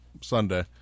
Sunday